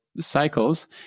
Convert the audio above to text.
cycles